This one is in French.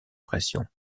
pression